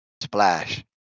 Splash